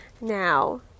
now